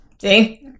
see